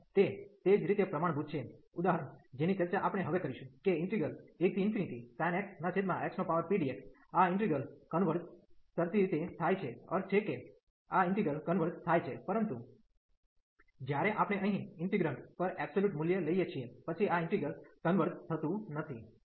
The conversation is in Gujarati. અને તે તે જ રીતે પ્રમાણભૂત છે ઉદાહરણ જેની ચર્ચા આપણે હવે કરીશું કે 1sin x xpdx આ ઈન્ટિગ્રલ કન્વર્ઝ શરતી રીતે થાય છે અર્થ છે કે આ ઈન્ટિગ્રલ કન્વર્ઝ થાય છે પરંતુ જ્યારે આપણે અહીં ઇન્ટીગ્રેન્ટ પર એબ્સોલ્યુટ મૂલ્ય લઈએ છીએ પછી આ ઈન્ટિગ્રલ કન્વર્ઝ થતું નથી